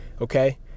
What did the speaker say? Okay